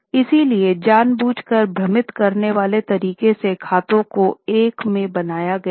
इसलिए जानबूझकर भ्रमित करने वाले तरीके से खातों को एक में बनाया गया था